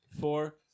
four